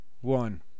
one